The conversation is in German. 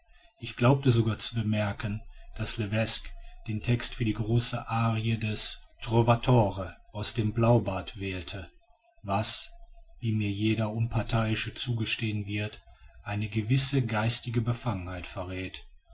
ich glaubte sogar zu bemerken daß levesque den text für die große arie des trovatore aus dem blaubart wählte was wie mir jeder unparteiische zugestehen wird eine gewisse geistige befangenheit verräth